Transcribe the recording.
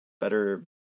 better